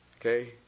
Okay